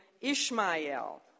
Ishmael